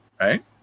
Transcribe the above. right